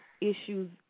issues